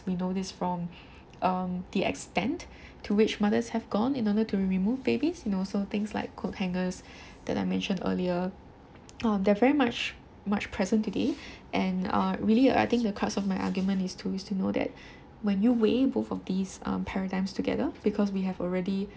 we know this from um the extent to which mothers have gone in order to remove babies you know so things like coat hangers that I mentioned earlier um they are very much much present today and uh really I think the crux of my argument is to is to know that when you weigh both of these um paradigms together because we have already